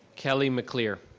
kelly mclear.